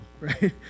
right